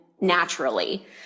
naturally